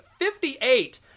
58